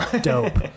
dope